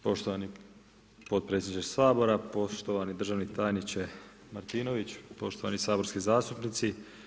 Poštovani potpredsjedniče Sabora, poštovani državni tajniče Martinović, poštovani saborski zastupnici!